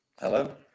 Hello